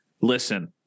listen